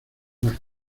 más